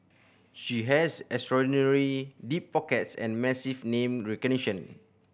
she has extraordinarily deep pockets and massive name recognition